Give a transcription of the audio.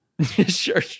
sure